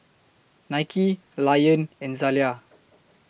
Nike Lion and Zalia